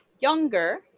younger